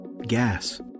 gas